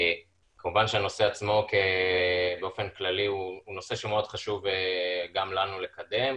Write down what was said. כמובן שהנושא עצמו באופן כללי הוא נושא שמאוד חשוב גם לנו לקדם,